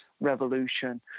revolution